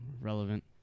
relevant